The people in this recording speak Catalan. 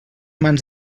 mans